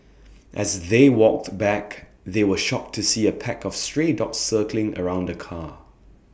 as they walked back they were shocked to see A pack of stray dogs circling around the car